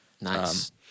Nice